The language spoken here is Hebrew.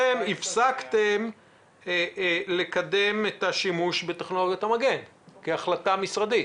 אתם הפסקתם לקדם את השימוש בטכנולוגיית המגן כהחלטה משרדית.